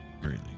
greatly